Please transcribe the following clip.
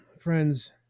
friends